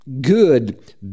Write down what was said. good